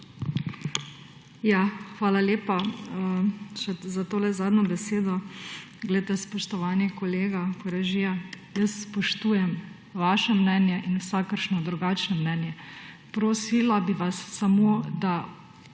Hvala lepa še za to zadnjo besedo. Poglejte, spoštovani kolega Koražija, jaz spoštujem vaše mnenje in vsakršno drugačno mnenje. Prosila bi vas samo, da